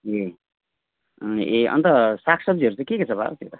ए ए अन्त साग सब्जीहरू चाहिँ के के छ बाबा त्यता